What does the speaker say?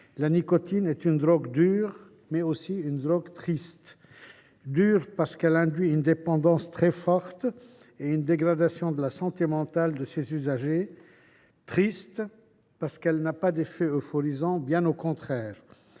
La nicotine est une drogue dure et une drogue triste. Dure, parce qu’elle induit une dépendance très forte et une dégradation de la santé mentale de ses usagers. Triste, parce qu’elle n’a pas d’effet euphorisant, bien au contraire.